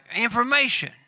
information